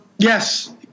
Yes